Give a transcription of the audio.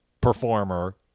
performer